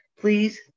please